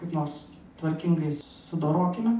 kaip nors tvarkingai sudorokime